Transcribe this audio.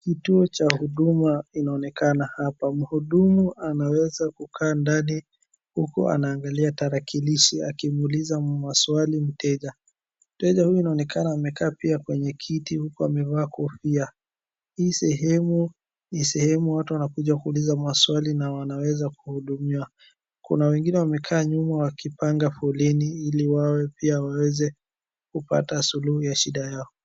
Kituo cha huduma kinaonekana hapa. Mhudumu anaweza kukaa ndani huku anaangalia tarakirishi akimuuliza mswali mteja. Mteja huyu inaonekana amekaa pia kwenye kiti huku amevaa kofia. Hii sehemu ni sehemu watu wanakuja kuuliza maswali na wanaweza kuhudumiwa. Kuna wengine wamekaa nyuma wakipanga foreni ili wao pia waweze kupata suluhu ya shida yao.